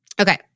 Okay